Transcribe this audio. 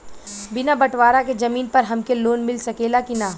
बिना बटवारा के जमीन पर हमके लोन मिल सकेला की ना?